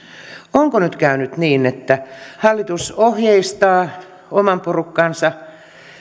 onko nyt käynyt niin että hallitus ohjeistaa oman porukkansa